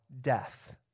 death